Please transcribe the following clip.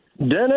Dennis